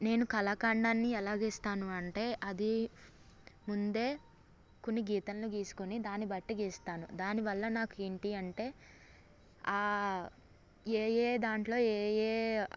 నేను కళాఖండాన్ని ఎలా గీస్తాను అంటే అది ముందే కొన్ని గీతలను గీసుకుని దాని బట్టి గీస్తాను దానివల్ల నాకు ఏంటి అంటే ఆ ఏ ఏ దాంట్లో ఏ ఏ